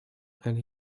and